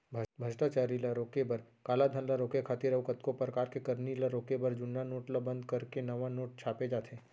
भस्टाचारी ल रोके बर, कालाधन ल रोके खातिर अउ कतको परकार के करनी ल रोके बर जुन्ना नोट ल बंद करके नवा नोट छापे जाथे